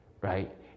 right